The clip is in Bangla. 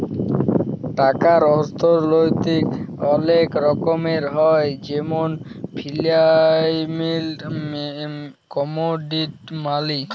টাকার অথ্থলৈতিক অলেক রকমের হ্যয় যেমল ফিয়াট মালি, কমোডিটি মালি